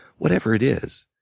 whatever it is